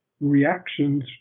reactions